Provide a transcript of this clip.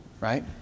right